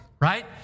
right